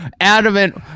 adamant